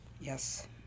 yes